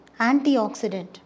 antioxidant